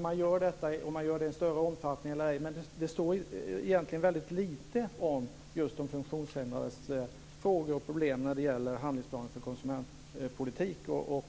Man kan göra det i större eller mindre omfattning, men det står väldigt lite om funktionshindrades frågor och problem i handlingsplanen för konsumentpolitiken.